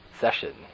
session